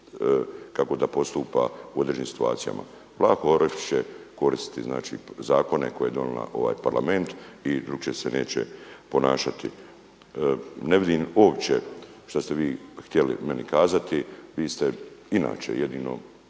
kako da postupa u određenim situacijama. Vlaho Orepić će koristiti zakone koje je donio ovaj Parlament i drukčije se neće ponašati. Ne vidim uopće što ste vi htjeli meni kazati. Vi ste inače jedino